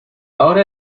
ahora